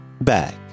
Back